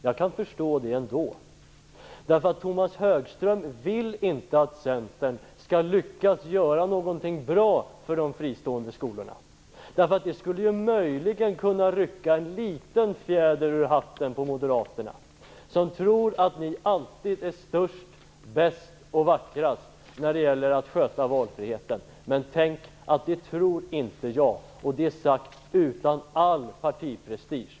Jag kan förstå det ändå. Tomas Högström vill inte att Centern skall lyckas göra någonting bra för de fristående skolorna. Det skulle möjligen kunna rycka en liten fjäder ur hatten på moderaterna som tror att de alltid är störst, bäst och vackrast när det gäller att sköta valfriheten. Men tänk att det tror inte jag. Det säger jag utan någon som helst partiprestige.